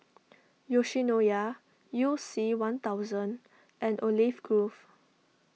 Yoshinoya You C one thousand and Olive Grove